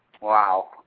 Wow